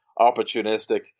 Opportunistic